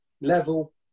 level